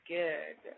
good